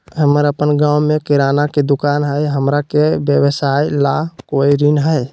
हमर अपन गांव में किराना के दुकान हई, हमरा के व्यवसाय ला कोई ऋण हई?